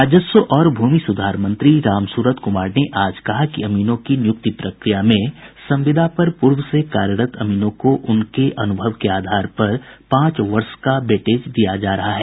राजस्व और भूमि सुधार मंत्री रामसूरत कुमार ने आज कहा कि अमीनों की नियुक्ति प्रक्रिया में संविदा पर पूर्व से कार्यरत अमीनों को उनके अनुभव के आधार पर पांच वर्ष का वेटेज दिया जा रहा है